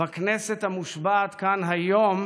בכנסת המושבעת כאן היום,